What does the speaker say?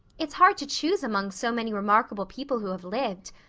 it's hard to choose among so many remarkable people who have lived.